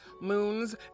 moons